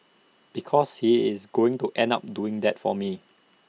because he is going to end up doing that for me